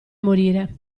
morire